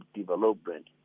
development